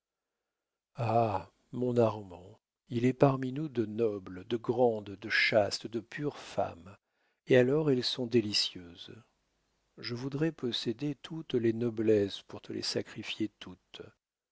ah mon armand il est parmi nous de nobles de grandes de chastes de pures femmes et alors elles sont délicieuses je voudrais posséder toutes les noblesses pour te les sacrifier toutes